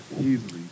Easily